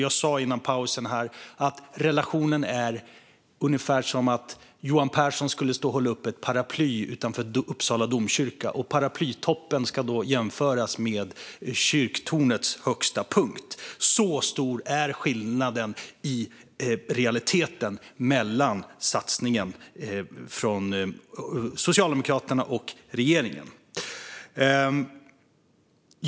Jag sa före pausen att relationen är ungefär som att Johan Pehrson skulle stå och hålla upp ett paraply utanför Uppsala domkyrka. Paraplytoppen ska då jämföras med kyrktornets högsta punkt - så stor är skillnaden i realiteten mellan satsningen från Socialdemokraterna och satsningen från regeringen.